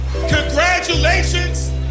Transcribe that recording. Congratulations